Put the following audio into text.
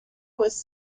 was